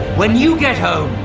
when you get home,